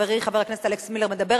כשחברי חבר הכנסת אלכס מילר דיבר,